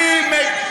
אני מגנה.